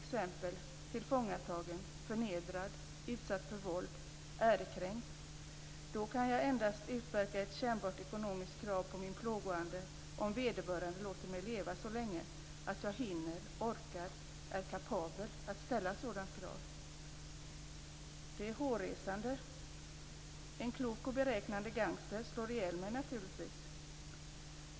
bli tillfångatagen, förnedrad, utsatt för våld eller ärekränkt kan jag endast utverka ett kännbart ekonomiskt krav på min plågoande om vederbörande låter mig leva så länge att jag hinner, orkar och är kapabel att ställa ett sådant krav. Det är hårresande. En klok och beräknande gangster slår naturligtvis ihjäl mig.